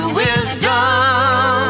wisdom